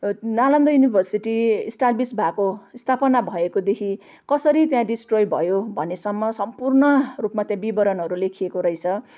Nalanda university establish भएको स्थापना भएकोदेखि कसरी त्यहाँ डिस्ट्रय भयो भन्नेसम्म सम्पूर्ण रूपमा त्यहाँ विवरणहरू लेखिएको रहेछ